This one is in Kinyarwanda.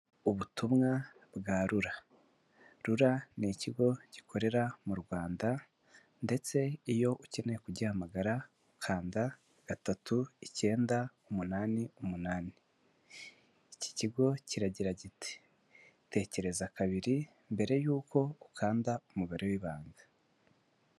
Ubutumwa bwa Rura, Rura ni ikigo gikorera mu rwanda ndetse iyo ukeneye kugihamagara kanda gatatu icyenda umunani, umunani, iki kigo kiragira kiti tekereza kabiri mbere yuko ukanda umubare w'ibanga.